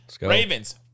Ravens